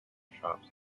shops